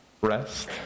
rest